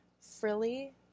frilly